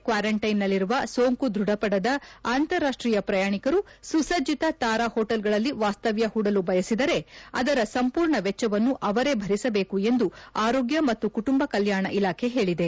ಕ್ವಾರಂಟ್ಲೆನ್ನಲ್ಲಿರುವ ಸೋಂಕು ದೃಢಪಡದ ಅಂತಾರಾಷ್ಷೀಯ ಪ್ರಯಾಣಿಕರು ಸುಸಭ್ಯೆತ ತಾರಾ ಹೊಟೇಲ್ಗಳಲ್ಲಿ ವಾಸ್ತವ್ಯ ಹೂಡಲು ಬಯಸಿದರೆ ಅದರ ಸಂಪೂರ್ಣ ವೆಚ್ಚವನ್ನು ಅವರೇ ಭರಿಸಬೇಕು ಎಂದು ಆರೋಗ್ಯ ಮತ್ತು ಕುಟುಂಬ ಕಲ್ಯಾಣ ಇಲಾಖೆ ಹೇಳಿದೆ